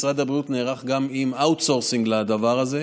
משרד הבריאות נערך גם עם outsourcing לדבר הזה.